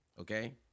Okay